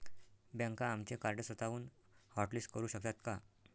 बँका आमचे कार्ड स्वतःहून हॉटलिस्ट करू शकतात का?